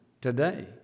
today